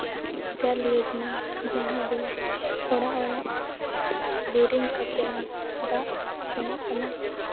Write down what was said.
ᱡᱟᱹᱞ ᱭᱳᱡᱚᱡᱽᱱᱟ ᱡᱟᱦᱟᱸ ᱫᱚ ᱚᱲᱟᱜ ᱚᱲᱟᱜ ᱵᱳᱨᱤᱝ ᱠᱟᱛᱮ ᱫᱟᱜ ᱥᱮᱱᱚᱜ ᱠᱟᱱᱟ